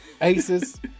Aces